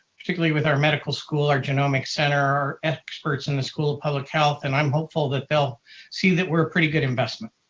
particularly with our medical school, our genomic center, our experts in the school of public health, and i'm hopeful that they'll see that we're pretty good investment.